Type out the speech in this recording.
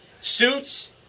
Suits